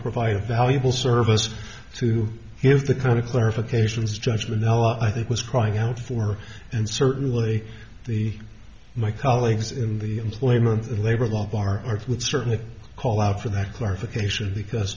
provide a valuable service to give the kind of clarifications judgment no i think was crying out for and certainly the my colleagues in the employment labor law bar would certainly call out for that clarification because